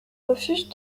refuge